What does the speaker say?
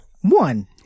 one